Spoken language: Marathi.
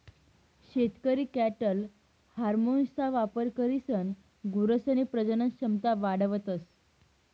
शेतकरी कॅटल हार्मोन्सना वापर करीसन गुरसनी प्रजनन क्षमता वाढावतस